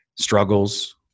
struggles